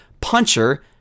puncher